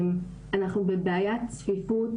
אנחנו בבעיית צפיפות